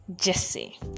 Jesse